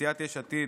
מסיעת יש עתיד,